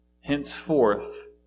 Henceforth